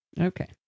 Okay